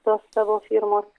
tos savo firmos